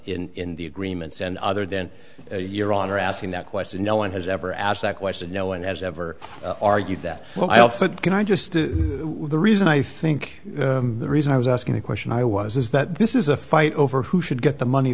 in the agreements and other than your honor asking that question no one has ever asked that question no one has ever argued that well so can i just the reason i think the reason i was asking the question i was is that this is a fight over who should get the money